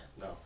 No